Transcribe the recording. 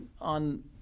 on